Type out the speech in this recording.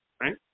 right